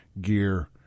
Gear